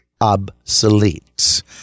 obsolete